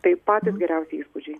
tai patys geriausi įspūdžiai